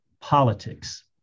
politics